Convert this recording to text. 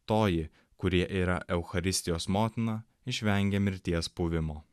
toji kuri yra eucharistijos motina išvengia mirties puvimo